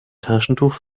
taschentuch